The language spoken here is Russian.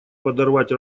подорвать